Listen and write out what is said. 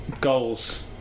goals